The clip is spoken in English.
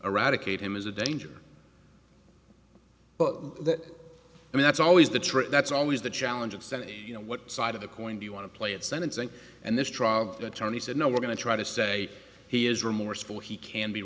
eradicate him is a danger well and that's always the trick that's always the challenge of sanity you know what side of the coin do you want to play at sentencing and this trial attorney said no we're going to try to say he is remorseful he can be